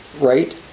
right